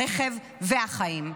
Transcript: הרכב והחיים.